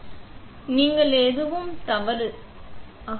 எனவே நீங்கள் தவறு எதுவும் இல்லை என்று நீங்கள் பார்க்கிறீர்கள்